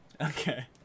Okay